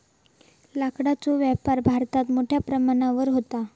लाकडाचो व्यापार भारतात मोठ्या प्रमाणावर व्हता